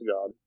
God